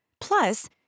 Plus